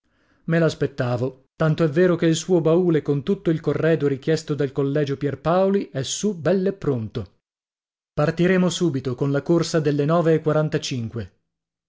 parole me l'aspettavo tant'è vero che il suo baule con tutto il corredo richiesto dal collegio pierpaoli è su bell'e pronto partiremo subito con la corsa delle nove e quarantacinque